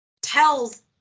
tells